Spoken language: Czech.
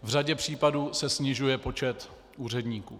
V řadě případů se snižuje počet úředníků.